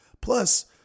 Plus